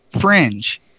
fringe